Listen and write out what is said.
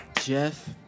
Jeff